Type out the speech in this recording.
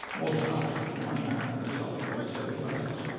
most stocks will at one time or another sell at very silly prices.